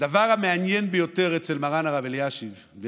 הדבר המעניין ביותר אצל מרן הרב אלישיב הוא